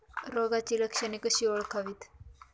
रोगाची लक्षणे कशी ओळखावीत?